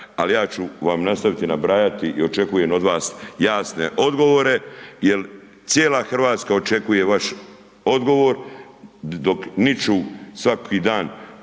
ali ja ću vam nastaviti nabrajati i očekujem od vas jasne odgovore jel cijela RH očekuje vaš odgovor, dok niču svaki dan